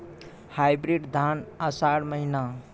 Hybrid धान आषाढ़ महीना?